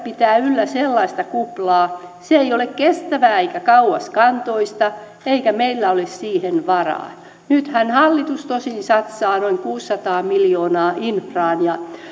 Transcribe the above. pitää yllä sellaista kuplaa se ei ole kestävää eikä kauaskantoista eikä meillä ole siihen varaa nythän hallitus tosin satsaa noin kuusisataa miljoonaa infraan